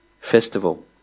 festival